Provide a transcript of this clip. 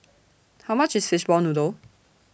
How much IS Fishball Noodle